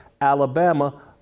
Alabama